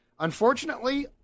Unfortunately